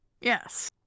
Yes